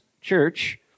Church